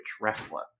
wrestler